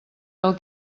del